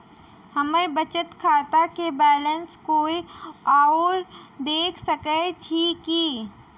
हम्मर बचत खाता केँ बैलेंस कोय आओर देख सकैत अछि की